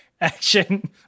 action